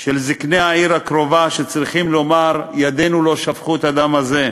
של זקני העיר הקרובה שצריכים לומר: ידינו לא שפכו את הדם הזה.